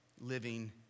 living